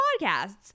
podcasts